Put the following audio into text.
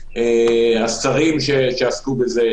לשרים שעסקו בזה,